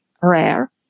rare